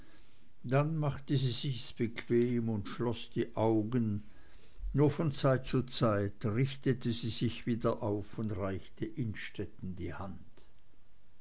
dann machte sie sich's bequem und schloß die augen nur von zeit zu zeit richtete sie sich wieder auf und reichte innstetten die hand